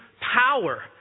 power